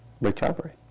recovery